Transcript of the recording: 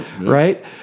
right